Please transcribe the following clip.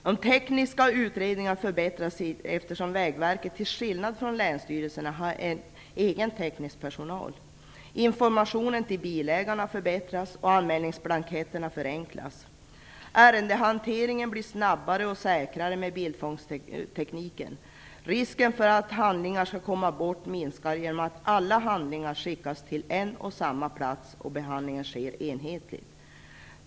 De tekniska utredningarna förbättras, eftersom Vägverket till skillnad från länsstyrelserna har egen teknisk personal. Informationen till bilägarna förbättras, och anmälningsblanketterna förenklas. Ärendehanteringen blir snabbare och säkrare med bildfångsttekniken. Risken för att handlingar skall komma bort minskar genom att alla handlingar skickas till en och samma plats och behandlingen sker enhetligt.